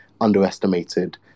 underestimated